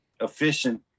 efficient